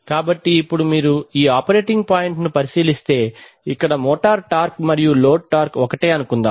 కాబట్టి ఇప్పుడు మీరు ఈ ఆపరేటింగ్ పాయింట్ను పరిశీలిస్తే ఇక్కడ మోటారు టార్క్ మరియు లోడ్ టార్క్ ఒకటే అనుకుందాం